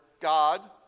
God